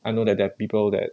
I know that there are people that